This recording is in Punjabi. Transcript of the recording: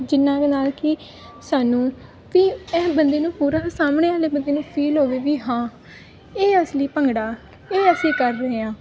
ਜਿਹਨਾਂ ਦੇ ਨਾਲ ਕੀ ਸਾਨੂੰ ਵੀ ਇਹ ਬੰਦੇ ਨੂੰ ਪੂਰਾ ਸਾਹਮਣੇ ਵਾਲੇ ਬੰਦੇ ਨੂੰ ਫੀਲ ਹੋਵੇ ਵੀ ਹਾਂ ਇਹ ਅਸਲੀ ਭੰਗੜਾ ਇਹ ਅਸੀਂ ਕਰ ਰਹੇ ਹਾਂ